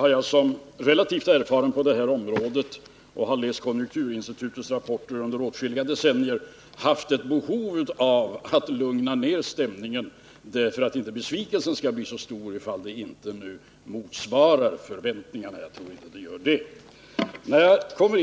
har jag som relativt erfaren på detta område — och jag har läst konjunkturinstitutets rapporter under åtskilliga decennier — känt ett behov av att lugna ned stämningen, för att besvikelsen inte skall bli så stor om resultatet inte skulle komma att motsvara förväntningarna — och jag tror inte att det kommer att göra det.